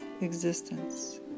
existence